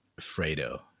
Fredo